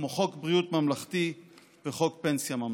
כמו חוק בריאות ממלכתי וחוק פנסיה ממלכתי.